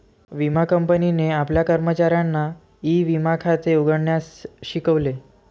विमा कंपनीने आपल्या कर्मचाऱ्यांना ई विमा खाते उघडण्यास शिकवले